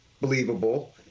believable